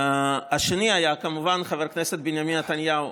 השני היה, כמובן, חבר הכנסת בנימין נתניהו.